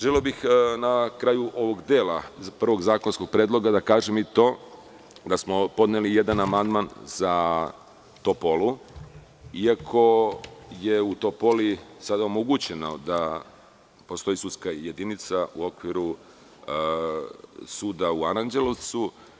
Želeo bih na kraju ovog dela prvog zakonskog predloga da kažem i to da smo podneli jedan amandman za Topolu, iako je u Topoli sada omogućeno da postoji sudska jedinica u okviru suda u Aranđelovcu.